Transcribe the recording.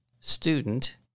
student